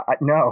No